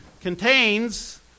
contains